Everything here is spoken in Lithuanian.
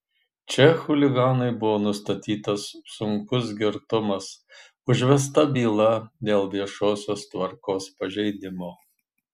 čia chuliganui buvo nustatytas sunkus girtumas užvesta byla dėl viešosios tvarkos pažeidimo